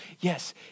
Yes